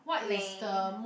lame